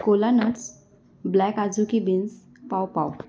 kola nuts black adzuki beans पाव पाव